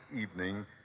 evening